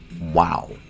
wow